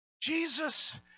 Jesus